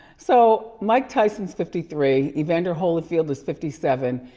so, mike tyson's fifty three, evander holyfield is fifty seven,